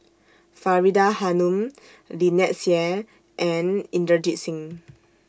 Faridah Hanum Lynnette Seah and Inderjit Singh